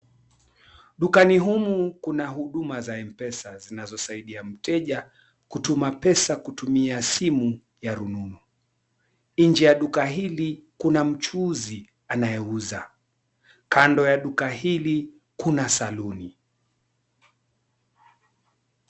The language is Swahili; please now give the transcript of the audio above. Dukani humu kuna huduma za mpesa zinazosaidia mteja kutuma pesa kutumia simu ya rununu. Nje ya duka hili kuna mchuzi anayeuza. Kando ya duka hili kuna saluni.